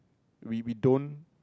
we we don't